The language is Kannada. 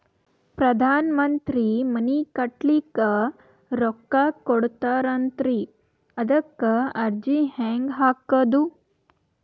ಪ್ರಧಾನ ಮಂತ್ರಿ ಮನಿ ಕಟ್ಲಿಕ ರೊಕ್ಕ ಕೊಟತಾರಂತಲ್ರಿ, ಅದಕ ಅರ್ಜಿ ಹೆಂಗ ಹಾಕದು?